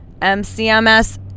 MCMS